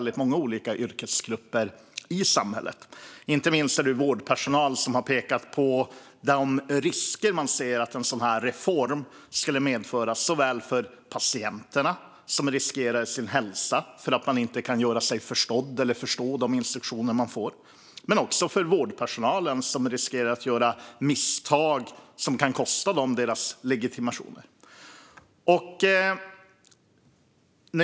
Det gäller inte minst vårdpersonal, som har pekat på de risker de anser att en sådan reform skulle medföra såväl för patienterna, som riskerar sin hälsa för att de inte kan göra sig förstådda eller förstå de instruktioner de får, som för vårdpersonalen, som riskerar att begå misstag som kan kosta dem deras legitimation.